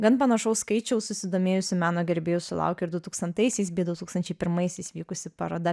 gan panašaus skaičiaus susidomėjusių meno gerbėjų sulaukė ir du tūkstantaisiais bei du tūkstančiai pirmaisiais vykusi paroda